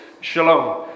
shalom